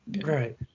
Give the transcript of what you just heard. Right